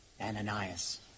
Ananias